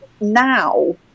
now